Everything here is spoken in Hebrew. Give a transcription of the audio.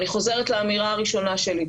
אני חוזרת לאמירה הראשונה שלי.